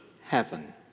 heaven